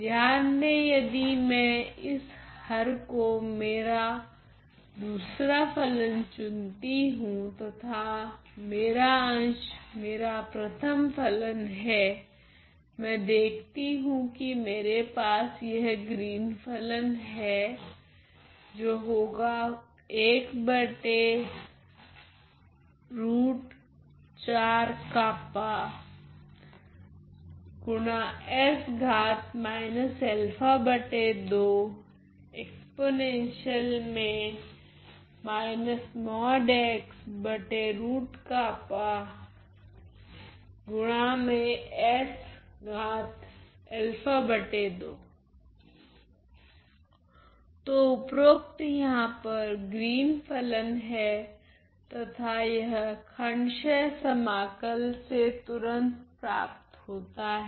ध्यान दे यदि मैं इस हर को मेरा दूसरा फलन चुनती हूँ तथा मेरा अंश मेरा प्रथम फलन है मैं देखती हूँ कि मेरे पास यह ग्रीन फलन हैं तो उपरोक्त यहाँ पर ग्रीन फलन है तथा यह खण्डशह समाकल से तुरंत प्राप्त होता हैं